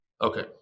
Okay